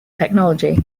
technology